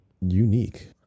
Unique